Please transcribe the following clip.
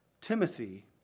Timothy